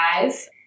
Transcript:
five